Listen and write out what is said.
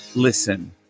Listen